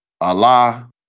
Allah